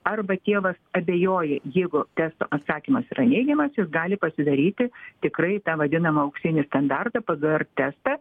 arba tėvas abejoja jeigu testo atsakymas yra neigiamas jis gali pasidaryti tikrai tą vadinamą auksinį standartą pgr testą